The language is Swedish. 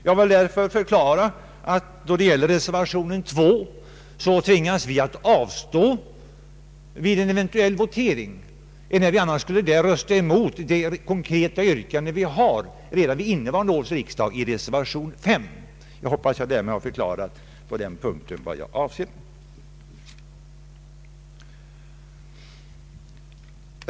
Jag vill därför förklara att vi när det gäller reservation 2 tvingas avstå från att rösta vid en eventuell votering, eftersom vi annars skulle rösta emot det konkreta yrkande vi framställt redan under innevarande års riksdag i reservation 5. Jag hoppas att jag därmed har förklarat vad jag på denna punkt avser.